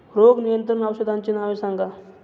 रोग नियंत्रण औषधांची नावे सांगा?